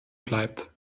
bleibt